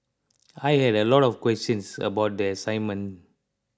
I had a lot of questions about the assignment